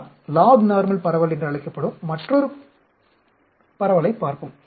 நாம் log normal பரவல் என்று அழைக்கப்படும் மற்றொரு விநியோகத்தைப் பார்ப்போம்